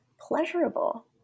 pleasurable